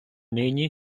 нині